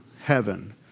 heaven